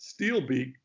Steelbeak